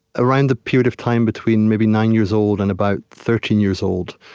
around the period of time between maybe nine years old and about thirteen years old,